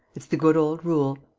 it's the good old rule.